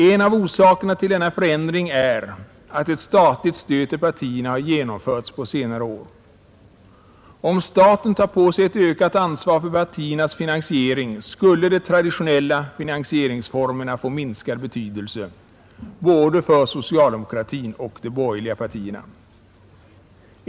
En av orsakerna till denna förändring är att ett statligt stöd till partierna har genomförts på senare år. Om staten tar på sig ett ökat ansvar för partiernas finansiering skulle de traditionella finansieringsformerna få minskad betydelse, både för socialdemokratin och de borgerliga partierna.